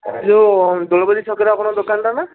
ଏ ଯେଉଁ ଦୋଳମୁଣ୍ଡେଇ ଛକରେ ଆପଣଙ୍କ ଦୋକାନଟା ନା